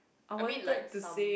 I mean like some